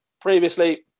Previously